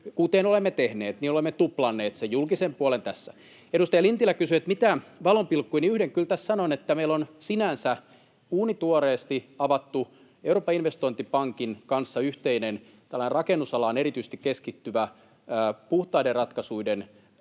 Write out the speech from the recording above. kuten olemme tehneet, olemme tuplanneet sen julkisen puolen tässä. Kun edustaja Lintilä kysyi, mitä valonpilkkuja on, niin yhden kyllä tässä sanon: Meillä on sinänsä uunituoreesti avattu Euroopan investointipankin kanssa yhteinen tällainen erityisesti rakennusalaan keskittyvä puhtaiden ratkaisuiden